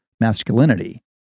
masculinity